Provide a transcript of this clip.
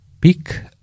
pick